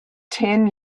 ten